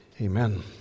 Amen